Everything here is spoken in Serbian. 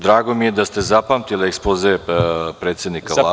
Drago mi je da ste zapamtili ekspoze predsednika Vlade.